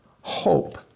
hope